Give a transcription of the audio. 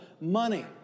Money